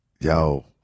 yo